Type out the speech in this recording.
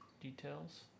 details